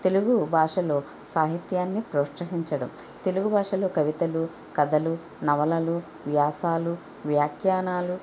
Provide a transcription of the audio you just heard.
తెలుగు భాషలో సాహిత్యాన్ని ప్రోత్సహించడం తెలుగు భాషలో కవితలు కథలు నవలలు వ్యాసాలు వ్యాఖ్యానాలు